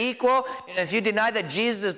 equal as you deny that jesus